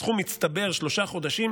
הסכום מצטבר שלושה חודשים,